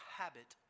habit